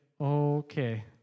okay